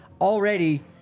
Already